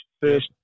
First